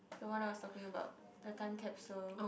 don't want I was talking about the time capsule